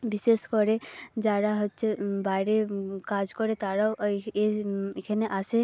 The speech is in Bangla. বিশেষ করে যারা হচ্ছে বাইরে কাজ করে তারাও ওই এখানে আসে